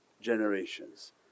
generations